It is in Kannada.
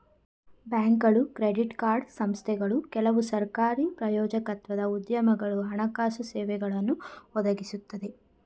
ಬ್ಯಾಂಕ್ಗಳು ಕ್ರೆಡಿಟ್ ಕಾರ್ಡ್ ಸಂಸ್ಥೆಗಳು ಕೆಲವು ಸರಕಾರಿ ಪ್ರಾಯೋಜಕತ್ವದ ಉದ್ಯಮಗಳು ಹಣಕಾಸು ಸೇವೆಗಳನ್ನು ಒದಗಿಸುತ್ತೆ